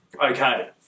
Okay